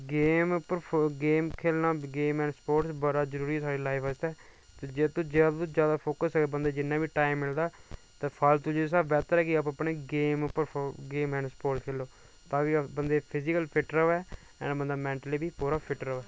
game उप्पर game खेलना game and sports बड़ी जरूरी ऐ साढ़ी लाइफ आस्तै जादै फोकस जि'न्ना टाइम मिलदा ते फालतू जिस स्हाबै उप्पर गेम एंड स्पोर्ट खेलो ताकि बंदे ई फिजिकली बी फिट र'वै एंड बंदा मेंटली बी पूरा फिट र'वै